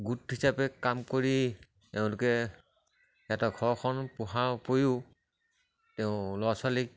গোট হিচাপে কাম কৰি তেওঁলোকে এটা ঘৰখন পোহাৰ উপৰিও তেওঁ ল'ৰা ছোৱালীক